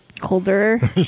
Colder